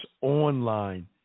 online